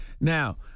Now